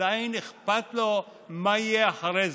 עדיין אכפת לו מה יהיה אחרי זה,